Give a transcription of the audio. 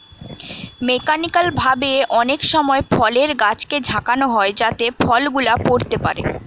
mechanical ভাবে অনেক সময় ফলের গাছকে ঝাঁকানো হয় যাতে ফল গুলা পড়তে পারে